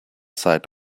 side